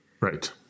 Right